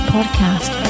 Podcast